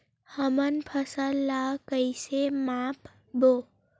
हमन फसल ला कइसे माप बो?